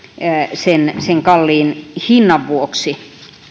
sen sen kalliin hinnan vuoksi